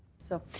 so,